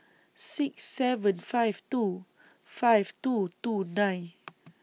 six seven five two five two two nine